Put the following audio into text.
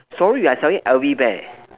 sorry we are selling L_V bear